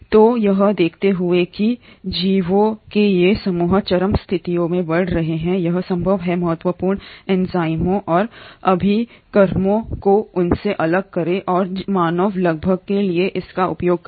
तो यह देखते हुए कि जीवों के ये समूह चरम स्थितियों में बढ़ते हैं यह संभव है महत्वपूर्ण एंजाइमों और अभिकर्मकों को उनसे अलग करें और मानव लाभ के लिए इसका उपयोग करें